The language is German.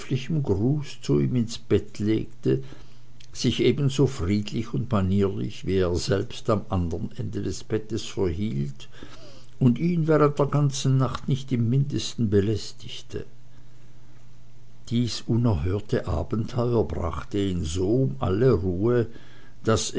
zu ihm ins bett legte sich ebenso friedlich und manierlich wie er selbst am andern ende des bettes verhielt und ihn während der ganzen nacht nicht im mindesten belästigte dies unerhörte abenteuer brachte ihn so um alle ruhe daß